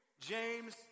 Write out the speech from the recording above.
James